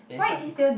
eh why is